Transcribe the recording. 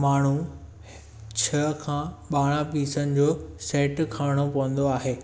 माण्हू छह खां ॿारहं पीसनि जो सेट खणिणो पवंदो आहे